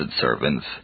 servants